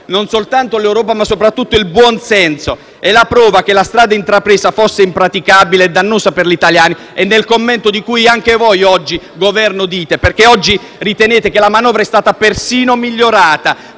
non soltanto l'Europa ma soprattutto il buon senso. La prova che la strada intrapresa fosse impraticabile e dannosa per gli italiani è nel commento che anche voi del Governo fate oggi, perché ritenete che la manovra sia stata persino migliorata,